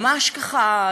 ממש, ככה.